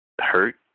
hurt